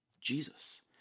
Jesus